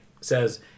says